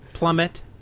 plummet